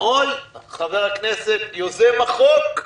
חבר הכנסת, יוזם החוק,